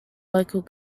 local